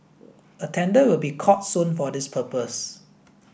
a tender will be called soon for this purpose